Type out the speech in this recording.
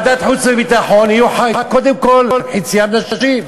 קודם כול, בוועדת החוץ והביטחון, חצייה יהיה נשים.